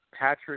Patrick